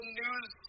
news